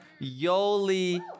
Yoli